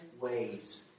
ways